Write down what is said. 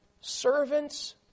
Servants